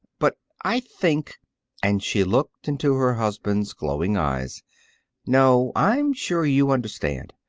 but i think and she looked into her husband's glowing eyes no i'm sure you understand.